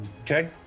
Okay